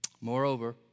Moreover